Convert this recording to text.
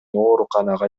ооруканага